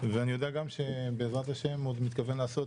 ואני יודע גם שבעזרת השם הוא מתכוון לעשות